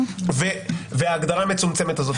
וההגדרה המצומצמת הזאת.